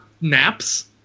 naps